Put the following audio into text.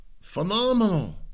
phenomenal